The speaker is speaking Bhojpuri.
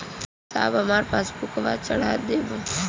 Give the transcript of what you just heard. साहब हमार पासबुकवा चढ़ा देब?